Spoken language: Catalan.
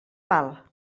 val